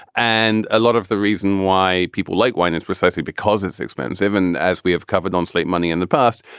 and a lot of the reason why people like wine is precisely because it's expensive. and as we have covered on slate money in the past,